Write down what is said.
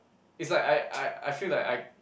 it's like I I I feel like I